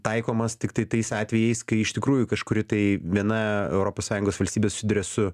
taikomas tiktai tais atvejais kai iš tikrųjų kažkuri tai viena europos sąjungos valstybė susiduria su